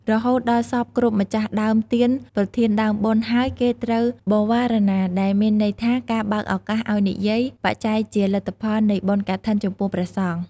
រហូតដល់សព្វគ្រប់ម្ចាស់ដើមទានប្រធានដើមបុណ្យហើយគេត្រូវ បវារណា ដែលមានន័យថា ការបើកឱកាសឱ្យនិយាយ បច្ច័យជាលទ្ធផលនៃបុណ្យកឋិនចំពោះព្រះសង្ឃ